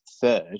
third